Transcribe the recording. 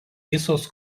visos